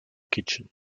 kitchen